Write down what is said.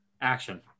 action